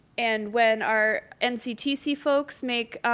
and when our nctc folks make